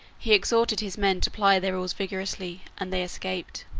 he exhorted his men to ply their oars vigorously, and they escaped.